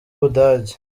budage